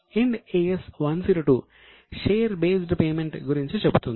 Ind AS 102 share based payment గురించి చెబుతుంది